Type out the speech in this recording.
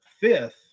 fifth